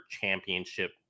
championship